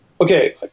okay